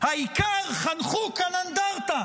העיקר שחנכו כאן אנדרטה